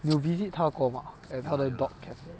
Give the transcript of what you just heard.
你有 visit 她过吗 at 她的 dog cafe